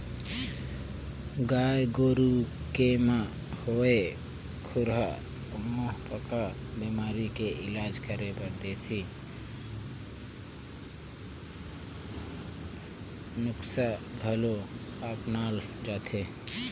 गाय गोरु के म होवइया खुरहा मुहंपका बेमारी के इलाज करे बर देसी नुक्सा घलो अपनाल जाथे